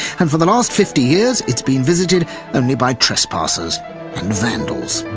and for the last fifty years it's been visited only by trespassers and vandals